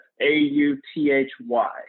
A-U-T-H-Y